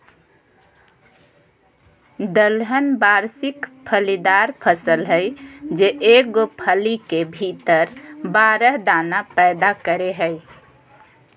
दलहन वार्षिक फलीदार फसल हइ जे एगो फली के भीतर बारह दाना पैदा करेय हइ